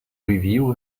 review